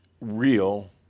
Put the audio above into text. real